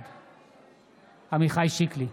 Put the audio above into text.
בעד עמיחי שיקלי,